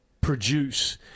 produce